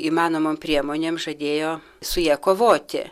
įmanomom priemonėm žadėjo su ja kovoti